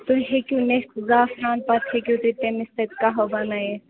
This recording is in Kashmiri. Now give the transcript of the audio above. تُہۍ ہٮ۪کِو مےٚ زعفران پتہٕ ہٮ۪کِو تُہۍ تَمۍ سۭتۍ قٔہوٕ بنٲوِتھ